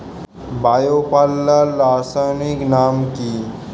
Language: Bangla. বায়ো পাল্লার রাসায়নিক নাম কি?